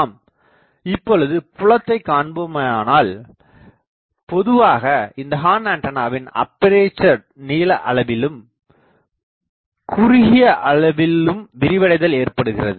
நாம் இப்பொழுது புலத்தைக் காண்போயேமானால் பொதுவாக இந்த ஹார்ன் ஆண்டனாவின் அப்பேசர் நீள அளவிலும் குறுகிய அளவிலும் விரிவடைதல் ஏற்படுகிறது